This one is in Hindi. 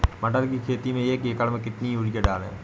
मटर की खेती में एक एकड़ में कितनी यूरिया डालें?